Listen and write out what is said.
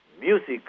Music